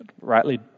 rightly